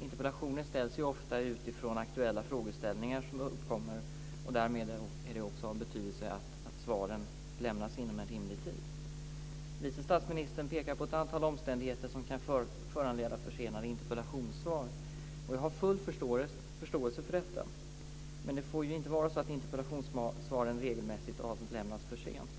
Interpellationer ställs ju ofta utifrån aktuella frågeställningar som uppkommer. Därmed är det också av betydelse att svaren lämnas inom en rimlig tid. Vice statsministern pekar på ett antal omständigheter som kan föranleda försenade interpellationssvar. Jag har full förståelse för detta, men det får ju inte vara så att interpellationssvaren regelmässigt avlämnas för sent,